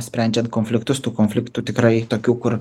sprendžiant konfliktus tų konfliktų tikrai tokių kur